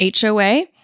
HOA